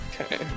Okay